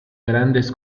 grandes